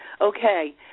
okay